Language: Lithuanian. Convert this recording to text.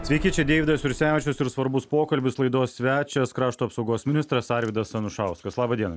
sveiki čia deividas jursevičius ir svarbus pokalbis laidos svečias krašto apsaugos ministras arvydas anušauskas laba diena